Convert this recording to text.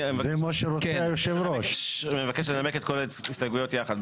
אני מבקש לנמק את כל ההסתייגויות יחד.